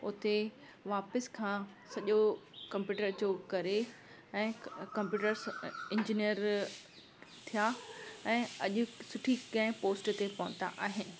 उते वापिसि खां सॼो कंप्यूटर जो करे ऐं क कंप्यूटर्स इंजीनियर थिया ऐं अॼु सुठी कंहिं पोस्ट ते पहुता आहिनि